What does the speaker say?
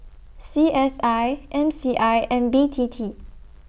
C S I M C I and B T T